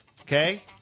okay